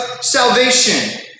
salvation